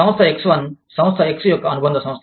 సంస్థ X1 సంస్థ X యొక్క అనుబంధ సంస్థ